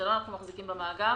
לא אנחנו מחזיקים במאגר.